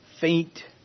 faint